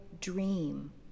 dream